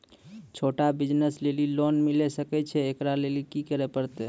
छोटा बिज़नस लेली लोन मिले सकय छै? एकरा लेली की करै परतै